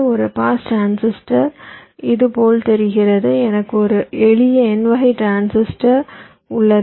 ஒரு pass transistor இது போல் தெரிகிறது எனக்கு ஒரு எளிய n வகை டிரான்சிஸ்டர் உள்ளது